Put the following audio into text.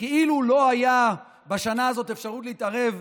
כאילו לא הייתה בשנה הזאת אפשרות להתערב,